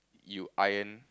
you iron